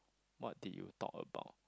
what did you talk about